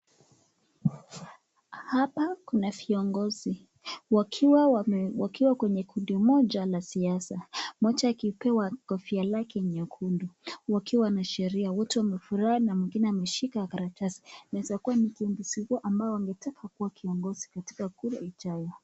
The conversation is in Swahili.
Hapa kuna viongozi wakiwa wame wakiwa kwenye kundi moja la siasa, mmoja akipewa kofia lake nyekundu, wakiwa wanasheria. Wote wamefurahi na mwengine ameshika karatasi. Anaweza kuwa no kiongozi wao ambaye ametaka kuwa kiongozi katika kura ijayo.